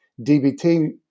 DBT